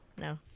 No